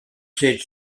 states